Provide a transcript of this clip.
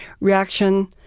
reaction